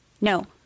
No